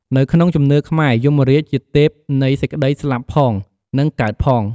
នៅក្នុងជំនឿខ្មែរ យមរាជជាទេពនៃសេចក្តីស្លាប់ផង និងកើតផង។